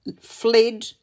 fled